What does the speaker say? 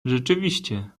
rzeczywiście